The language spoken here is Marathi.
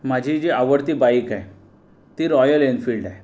माझी जी आवडती बाईक आहे ती रॉयल एनफिल्ड आहे